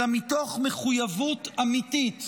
אלא מתוך מחויבות אמיתית